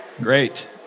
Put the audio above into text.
Great